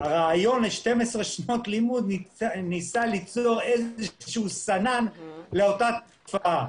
הרעיון ל-12 שנות לימוד ניסה ליצור סנן לאותה תופעה.